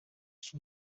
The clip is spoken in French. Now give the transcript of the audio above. son